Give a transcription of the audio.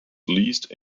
lease